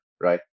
right